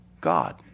God